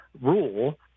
rule